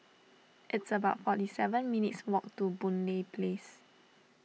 it's about forty seven minutes' walk to Boon Lay Place